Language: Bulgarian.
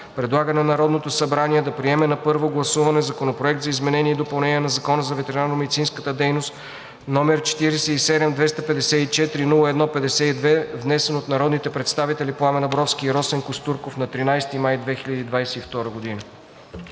предлага на Народното събрание да приеме на първо гласуване Законопроект за изменение и допълнение на Закона за ветеринарномедицинската дейност, № 47-254-01-52, внесен от народния представител Пламен Абровски и народния представител Росен Костурков на 13 май 2022 г.“